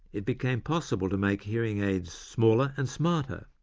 it became possible to make hearing aids smaller and smarter,